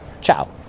Ciao